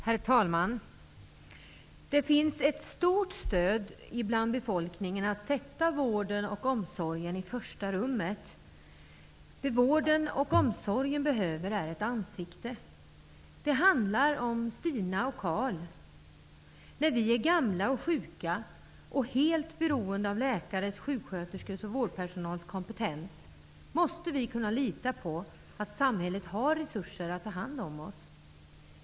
Herr talman! Det finns ett stort stöd bland befolkningen för att sätta vården och omsorgen i första rummet. Det vården och omsorgen behöver är ett ansikte. Det handlar om Stina och Karl. När vi är gamla och sjuka och helt beroende av läkares, sjuksköterskors och vårdpersonals kompetens måste vi kunna lita på att samhället har resurser att ta hand om oss.